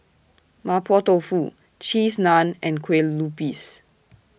Mapo Tofu Cheese Naan and Kue Lupis